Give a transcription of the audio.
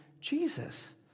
Jesus